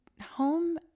home